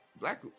Black